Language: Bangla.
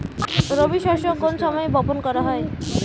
রবি শস্য কোন সময় বপন করা হয়?